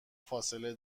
فاصله